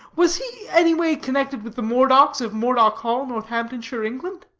was he anyway connected with the moredocks of moredock hall, northamptonshire, england?